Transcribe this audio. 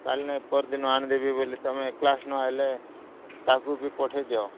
କାଲି ନାଇଁ ପହର ଦନ ଆଣି ଦେବି ବୋଲି ତମେ କ୍ଲାସ୍ ନଆଇଲେ କାହାକୁ ବି ପଠେଇ ଦିଅ